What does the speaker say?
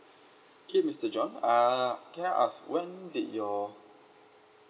K mister john err can I ask when did your